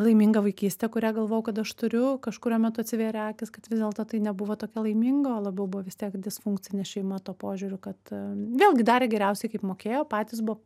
laiminga vaikystė kurią galvojau kad aš turiu kažkuriuo metu atsivėrė akys kad vis dėlto tai nebuvo tokia laiminga o labiau buvo vis tiek disfunkcinė šeima tuo požiūriu kad vėlgi darė geriausiai kaip mokėjo patys buvo